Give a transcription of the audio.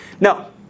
No